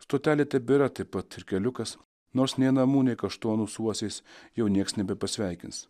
stotelė tebėra taip pat ir keliukas nors nei namų nei kaštonų su uosiais jau nieks nebepasveikins